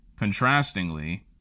Contrastingly